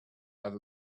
have